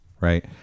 right